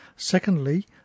Secondly